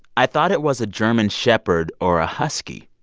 i thought it was a german shepherd or a husky.